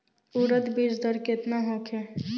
उरद बीज दर केतना होखे?